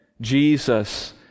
Jesus